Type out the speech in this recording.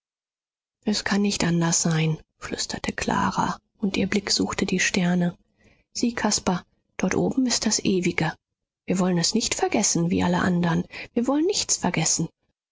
es kann nicht anders sein flüsterte clara und ihr blick suchte die sterne sieh caspar dort oben ist das ewige wir wollen es nicht vergessen wie alle andern wir wollen nichts vergessen